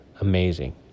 amazing